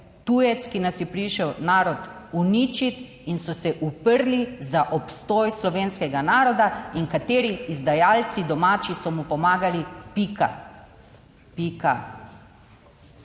tujec, ki nas je prišel narod uničiti in so se uprli za obstoj slovenskega naroda in kateri izdajalci domači so mu pomagali, pika.